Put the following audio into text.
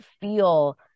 feel